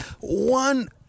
One